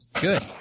Good